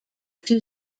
two